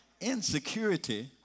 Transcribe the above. Insecurity